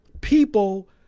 people